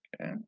okay